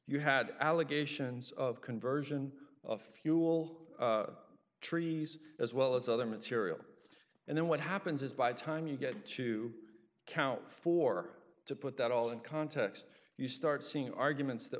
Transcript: you had allegations of conversion of fuel trees as well as other material and then what happens is by the time you get to count four to put that all in context you start seeing arguments that